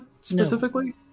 specifically